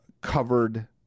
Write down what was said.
covered